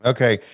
Okay